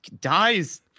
dies